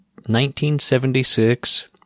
1976